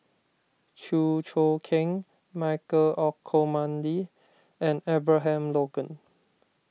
Chew Choo Keng Michael Olcomendy and Abraham Logan